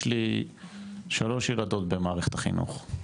יש לי שלוש ילדות במערכת החינוך.